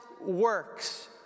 works